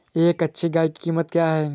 एक अच्छी गाय की कीमत क्या है?